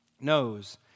knows